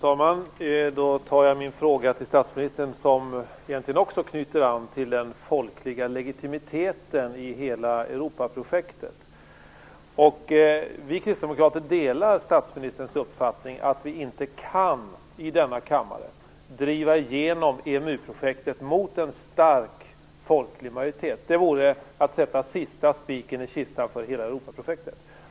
Fru talman! Min fråga till statsministern knyter också an till den folkliga legitimiteten i hela Europaprojektet. Vi kristdemokrater delar statsministerns uppfattning att vi inte i denna kammare kan driva igenom EMU-projektet mot en stark folklig majoritet. Det vore att sätta sista spiken i kistan för hela Europaprojektet.